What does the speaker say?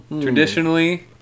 traditionally